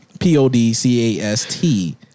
P-O-D-C-A-S-T